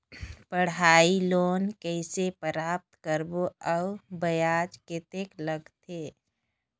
पढ़ाई लोन कइसे प्राप्त करबो अउ ब्याज कतेक लगथे?